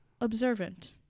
observant